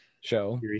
show